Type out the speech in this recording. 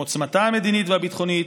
עם עוצמתה המדינית והביטחונית,